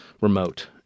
remote